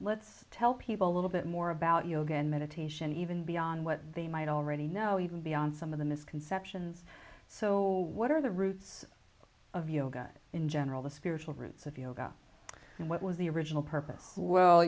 let's tell people little bit more about yoga and meditation even beyond what they might already know even beyond some of the misconceptions so what are the roots you know god in general the spiritual roots if you know about what was the original purpose well